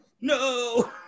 no